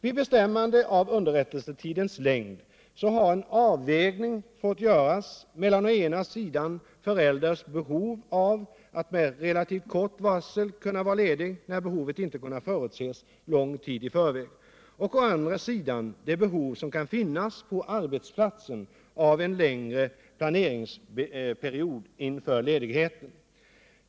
Vid bestämmande av underrättelsetidens längd har en avvägning fått göras mellan å ena sidan förälderns behov av att med relativt kort varsel kunna få ledigt när behovet inte kunnat förutses lång tid i förväg och å andra sidan det behov som kan finnas på arbetsplatsen av en längre planeringsperiod inför ledigheten.